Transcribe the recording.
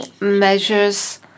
measures